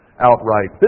outright